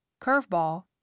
Curveball